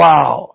Wow